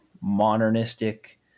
modernistic